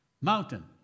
mountain